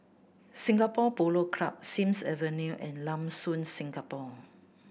Singapore Polo Club Sims Avenue and Lam Soon Singapore